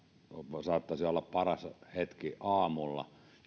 tälle saattaisi olla paras hetki mieluiten aamulla